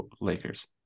Lakers